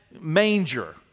manger